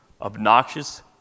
obnoxious